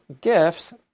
gifts